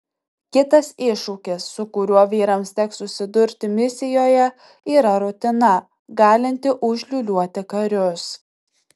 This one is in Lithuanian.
kitas iššūkis su kuriuo vyrams teks susidurti misijoje yra rutina galinti užliūliuoti karius